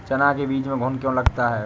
चना के बीज में घुन क्यो लगता है?